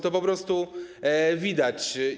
To po prostu widać.